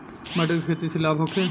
मटर के खेती से लाभ होखे?